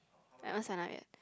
I haven't sign up yet